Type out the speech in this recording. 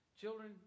children